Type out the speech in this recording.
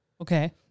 Okay